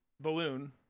balloon